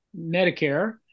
Medicare